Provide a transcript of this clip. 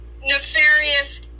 nefarious